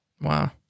Wow